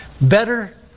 better